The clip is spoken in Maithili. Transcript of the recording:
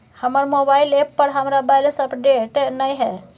हमर मोबाइल ऐप पर हमरा बैलेंस अपडेट नय हय